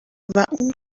اون